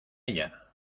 ella